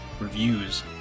reviews